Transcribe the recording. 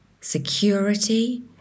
security